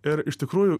ir iš tikrųjų